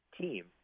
team